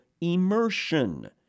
immersion